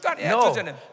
No